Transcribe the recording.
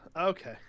okay